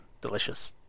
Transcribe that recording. Delicious